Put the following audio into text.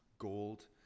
gold